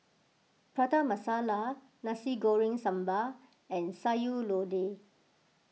Prata Masala Nasi Goreng Sambal and Sayur Lodeh